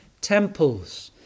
temples